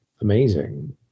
amazing